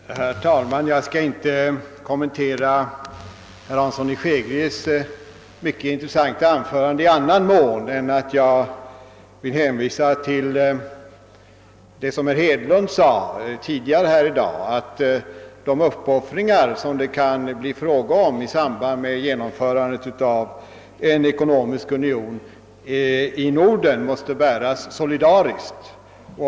Herr talman! Jag skall inte kommentera herr Hanssons i Skegrie mycket intressanta anförande i annan mån än genom att hänvisa till herr Hedlunds yttrande tidigare i dag, att de uppoffringar som det kan bli fråga om i samband med genomförandet av en ckonomisk union i Norden måste bäras solidariskt.